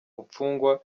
mfungwa